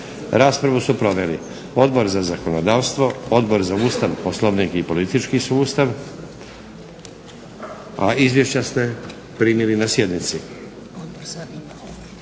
Raspravu su proveli Odbor za zakonodavstvo, Odbor za Ustav, Poslovnik i politički sustav, a izvješća ste primili na sjednici.